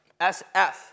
SF